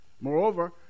Moreover